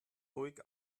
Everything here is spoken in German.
ruhig